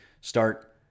start